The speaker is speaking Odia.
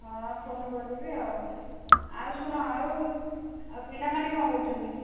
ଆ ଫୋନ୍ କରିବି ଆଉ ଆଉ ଶୁଣ ଆଉ ପିଲାମାନେ କ'ଣ କରୁଛନ୍ତି